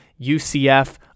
UCF